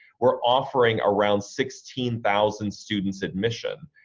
we're offering around sixteen thousand students admission.